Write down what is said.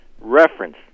reference